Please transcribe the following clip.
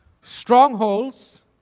Strongholds